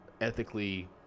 ethically